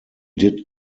did